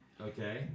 Okay